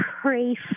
Pray